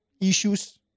issues